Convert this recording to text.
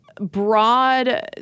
broad